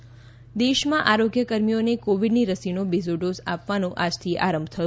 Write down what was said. રસીકરણ બીજો દેશમાં આરોગ્ય કર્મીઓને કોવીડની રસીનો બીજો ડોઝ આપવાનો આજથી આરંભ થયો